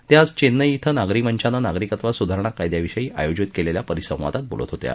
त्या आज चेन्नई ििं नागरी मंचानं नागरिकत्व सुधारणा कायद्याविषयी आयोजित केलेल्या परिसंवादात बोलत होत्या